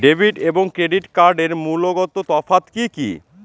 Debit এবং credit কার্ডের মূলগত তফাত কি কী?